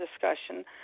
discussion